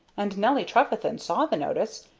and nelly trefethen saw the notice,